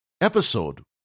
episode